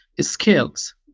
skills